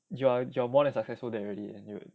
you are you're more than successful already and you